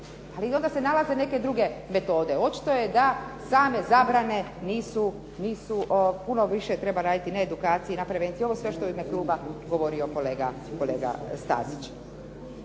ali onda se nalaze neke druge metode. Očito je da same zabrane nisu, nisu, puno više treba raditi na edukaciji, na prevenciji, ovo sve što je u ime kluba govorio kolega Stazić.